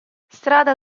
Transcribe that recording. strada